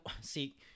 See